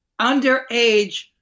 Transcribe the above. underage